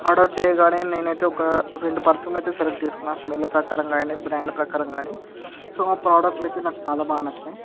order చేయగానే నేను అయితే ఒక రెండు పర్ఫ్యూములు అయితే సెలెక్టు చేసుకున్న స్మెల్లు ప్రకారం కాని బ్రాండు ప్రకారం కాని సో ప్రొడక్టులు అయితే నాకు బాగా నచ్చినాయి